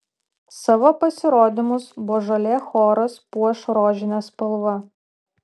savo pasirodymus božolė choras puoš rožine spalva